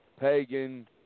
pagan